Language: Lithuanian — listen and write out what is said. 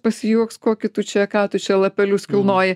pasijuoks kokį tu čia ką tu čia lapelius kilnoji